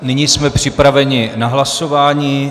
Nyní jsme připraveni na hlasování.